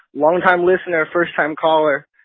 long time listener, first time caller.